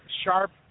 sharp